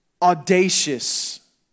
audacious